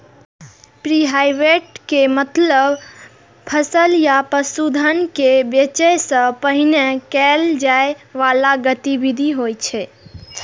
preharvest के मतलब फसल या पशुधन कें बेचै सं पहिने कैल जाइ बला गतिविधि होइ छै